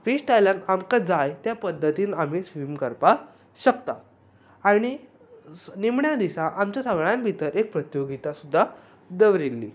free स्टायलान आमकां जाय त्या पद्दतीन आमी स्वीम करपाक शकतात आनी निमण्या दिसा आमच्या सगळ्यां भितर एक प्रतियोगीता सुद्दां दवरिल्ली